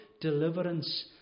deliverance